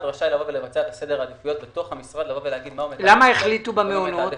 רשאי לבצע את סדר העדיפויות בתוך המשרד ולומר היכן הוא מקצץ.